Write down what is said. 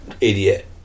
idiot